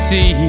See